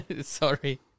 Sorry